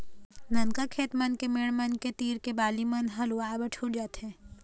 ननका खेत मन के मेड़ मन के तीर के बाली मन ह लुवाए बर छूट जाथे